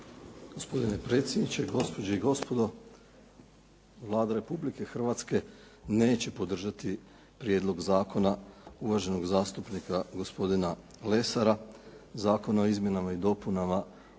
Gospodine predsjedniče, gospođe i gospodo, Vlada Republike Hrvatske neće podržati prijedlog zakona, uvaženog zastupnika gospodina Lesara, Zakon o izmjenama i dopunama Zakona